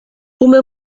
uma